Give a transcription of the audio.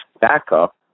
backup